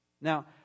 Now